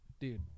dude